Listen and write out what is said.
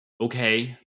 Okay